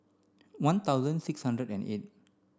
one thousand six hundred and eight